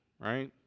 right